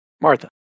Martha